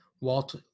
Walt